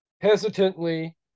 hesitantly